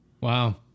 Wow